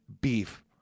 Beef